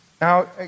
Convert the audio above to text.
Now